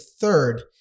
third—